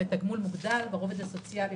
תגמול מוגדל ברובד הסוציאלי,